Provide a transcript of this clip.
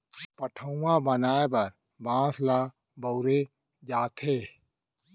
पठअउवा बनाए बर बांस ल बउरे जाथे